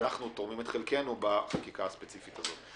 אנחנו תורמים את חלקנו בחקיקה הספציפית הזאת.